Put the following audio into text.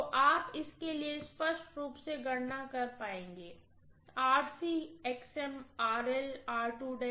तो आप इसके लिए स्पष्ट रूप से गणना कर पाएंगे